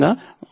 66